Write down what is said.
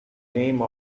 name